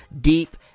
deep